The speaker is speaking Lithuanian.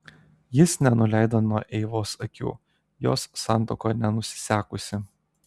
jis nenuleido nuo eivos akių jos santuoka nenusisekusi